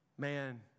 Man